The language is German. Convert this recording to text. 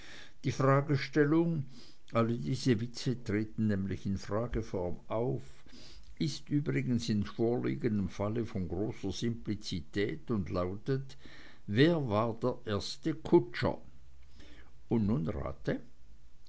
die fragestellung alle diese witze treten nämlich in frageform auf ist übrigens in vorliegendem falle von großer simplizität und lautet wer war der erste kutscher und nun rate